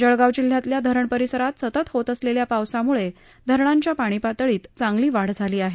जळगाव जिल्ह्यातल्या धरण परिसरात सतत होत असलेल्या पावसाम्ळे धरणांच्या पाणी पातळीत चांगली वाढ झाली आहे